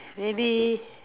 maybe